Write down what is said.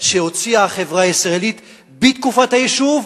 שהוציאה החברה הישראלית בתקופת היישוב,